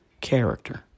character